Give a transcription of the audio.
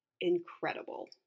incredible